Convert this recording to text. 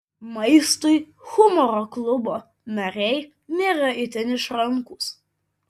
maistui humoro klubo nariai nėra itin išrankūs